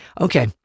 Okay